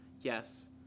yes